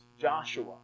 Joshua